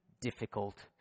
difficult